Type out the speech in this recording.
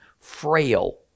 frail